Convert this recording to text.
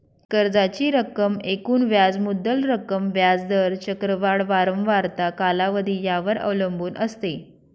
कर्जाची रक्कम एकूण व्याज मुद्दल रक्कम, व्याज दर, चक्रवाढ वारंवारता, कालावधी यावर अवलंबून असते